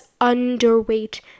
underweight